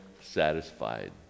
satisfied